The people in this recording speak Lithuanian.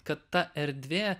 kad ta erdvė